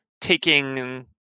taking